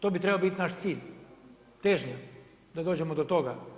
To bi trebao biti naš cilj, težnja da dođemo do toga.